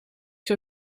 zou